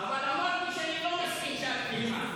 אתה והחברים שלך, לוועדת האתיקה.